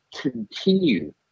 continue